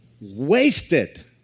wasted